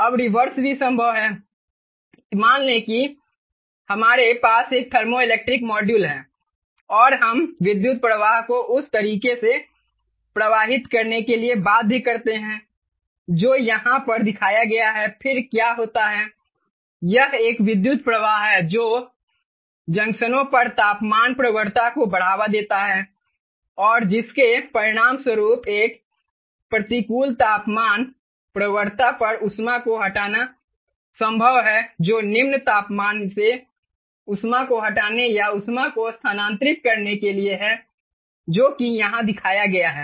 अब रिवर्स भी संभव है मान लें कि हमारे पास एक थर्मोइलेक्ट्रिक मॉड्यूल है और हम विद्युत प्रवाह को उस तरीके से प्रवाहित करने के लिए बाध्य करते हैं जो यहाँ पर दिखाया गया है फिर क्या होता है यह एक विद्युत प्रवाह है जो जंक्शनों पर तापमान प्रवणता को बढ़ावा देता है और जिसके परिणामस्वरूप एक प्रतिकूल तापमान प्रवणता पर ऊष्मा को हटाना संभव है जो निम्न तापमान से ऊष्मा को हटाने या ऊष्मा को स्थानांतरित करने के लिए है जो कि यहाँ दिखाया गया है